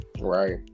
right